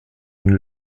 une